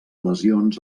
lesions